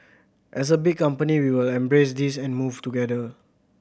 as a big company we will embrace this and move together